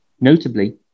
Notably